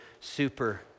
super